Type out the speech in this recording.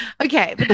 Okay